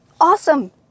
awesome